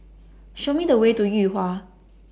Show Me The Way to Yuhua